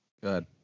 Good